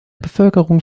bevölkerung